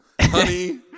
Honey